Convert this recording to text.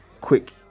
quick